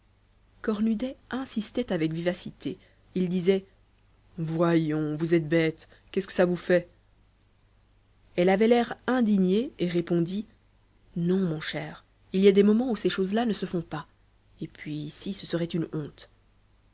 cornudet insistait avec vivacité il disait voyons vous êtes bête qu'est-ce que ça vous fait elle avait l'air indigné et répondit non mon cher il y a des moments où ces choses-là ne se font pas et puis ici ce serait une honte